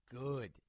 good